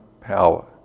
power